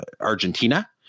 Argentina